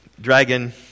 Dragon